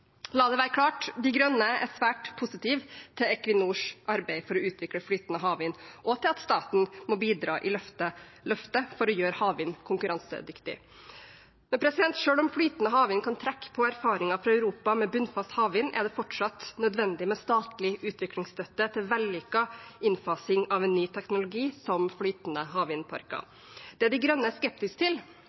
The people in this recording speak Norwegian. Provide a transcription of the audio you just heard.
La det være klart: De Grønne er svært positive til Equinors arbeid for å utvikle flytende havvind og til at staten må bidra i løftet for å gjøre havvind konkurransedyktig. Selv om flytende havvind kan trekke på erfaringer i Europa med bunnfast havvind, er det fortsatt nødvendig med statlig utviklingsstøtte til vellykket innfasing av en ny teknologi som flytende havvindparker. Det De Grønne er skeptiske til,